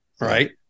right